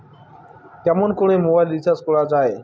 কেমন করে mobile recharge করা য়ায়?